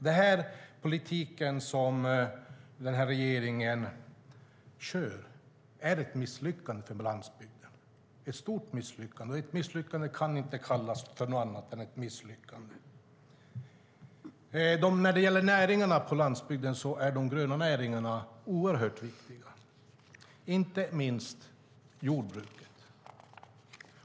Den politik som den här regeringen för är ett misslyckande för landsbygden, ett stort misslyckande. Ett misslyckande kan inte kallas för något annat än ett misslyckande. De gröna näringarna är oerhört viktiga för landsbygden, inte minst jordbruket.